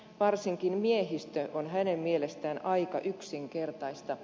varsinkin miehistö on hänen mielestään aika yksinkertaista